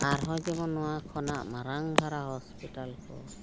ᱟᱨᱦᱚᱸ ᱡᱮᱢᱚᱱ ᱱᱚᱣᱟ ᱠᱷᱚᱱᱟᱜ ᱢᱟᱨᱟᱝ ᱫᱷᱟᱨᱟ ᱦᱚᱸᱥᱯᱤᱴᱟᱞ ᱠᱚ